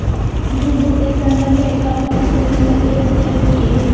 दु गोटे संगहि एकाउन्ट खोलि सकैत छथि की?